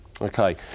Okay